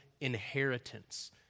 inheritance